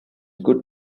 good